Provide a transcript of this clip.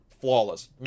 flawless